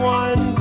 one